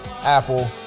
Apple